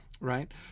right